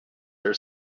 are